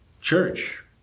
church